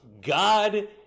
God